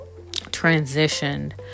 transitioned